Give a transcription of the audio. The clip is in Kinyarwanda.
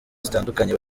zitandukanye